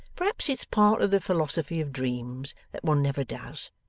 perhaps it's part of the philosophy of dreams that one never does.